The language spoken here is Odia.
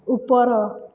ଉପର